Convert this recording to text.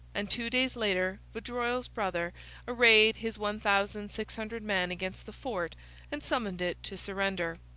and two days later vaudreuil's brother arrayed his one thousand six hundred men against the fort and summoned it to surrender.